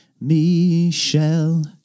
Michelle